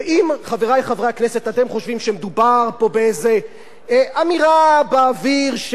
אתם חושבים שמדובר פה באיזה אמירה באוויר של איזה חוק כזה או אחר,